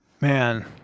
Man